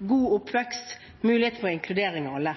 god oppvekst, mulighet for inkludering av alle.